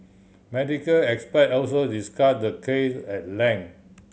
medical expert also discussed the case at length